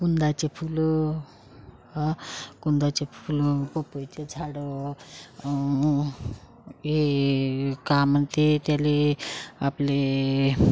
कुंदाचे फुलं ह कुंदाचे फुलं पपईचे झाड हे का म्हणते त्याला आपले